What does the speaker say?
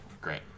Great